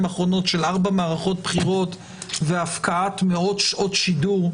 האחרונות של ארבע מערכות בחירות והפקעת מאות שעות שידור,